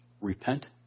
repent